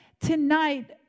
tonight